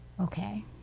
Okay